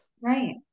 Right